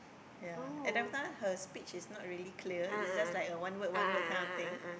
ya at that time her speech is not really clear is just like a one word one word kind of thing